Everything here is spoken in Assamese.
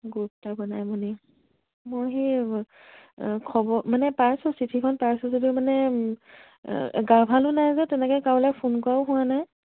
গ্ৰপটা বনাই মানি মই সেই খবৰ মানে পাইছোঁ চিঠিখন পাইছোঁ যদি মানে গা ভালো নহয় যে তেনেকৈ কাৰো লৈ ফোন কৰাও হোৱা নাই